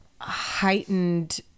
heightened